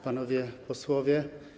Panowie Posłowie!